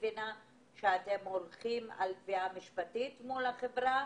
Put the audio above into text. תחבורה וכו'